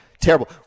Terrible